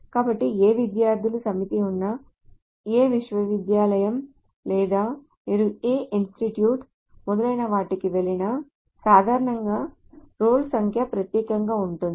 కాబట్టి ఏ విద్యార్థుల సమితి ఉన్నా ఏ విశ్వవిద్యాలయం లేదా మీరు ఏ ఇన్స్టిట్యూట్ మొదలైన వాటికి వెళ్ళినా సాధారణంగా రోల్ సంఖ్య ప్రత్యేకంగా ఉంటుంది